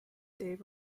dave